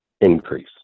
increase